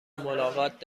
ملاقات